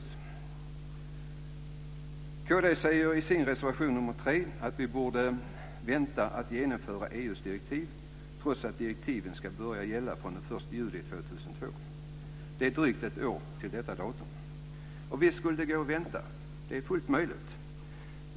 Kristdemokraterna säger i sin reservation 3 att vi borde vänta med att genomföra EU:s direktiv, trots att direktiven ska börja gälla den 1 juli 2002. Det är drygt ett år till detta datum. Visst skulle det gå att vänta, det är fullt möjligt.